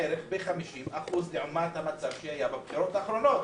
בערך ב-50% לעומת המצב שהיה בבחירות האחרונות.